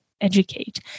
educate